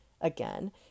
again